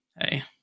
hey